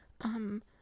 um-